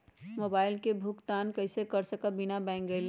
Mobile के भुगतान कईसे कर सकब बिना बैंक गईले?